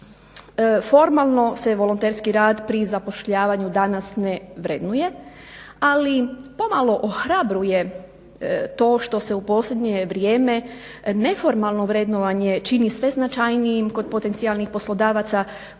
formalno se volonterski rad pri zapošljavanju danas ne vrednuje ali pomalo ohrabruje to što se u posljednje vrijeme neformalno vrednovanje čini sve značajnim kod potencijalnih poslodavaca